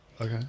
Okay